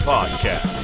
Podcast